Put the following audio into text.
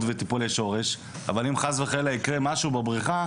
וטיפולי שורש אבל אם חס וחלילה יקרה משהו בבריכה,